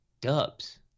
Dubs